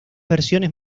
versiones